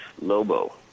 Lobo